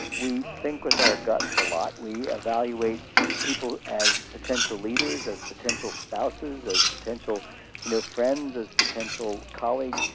we think with our guts a lot, we evaluate people as potential leaders, as potential spouses, as potential you know friends, as potential colleagues,